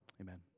Amen